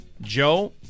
Joe